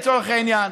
לצורך העניין,